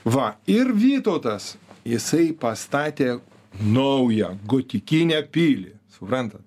va ir vytautas jisai pastatė naują gotikinę pilį suprantat